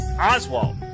Oswald